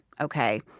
okay